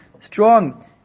strong